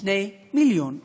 2 מיליון עניים.